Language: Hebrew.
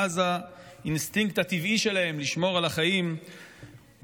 ואז האינסטינקט הטבעי שלהן לשמור על החיים גורם